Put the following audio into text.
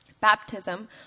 Baptism